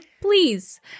Please